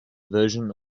version